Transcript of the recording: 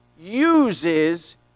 uses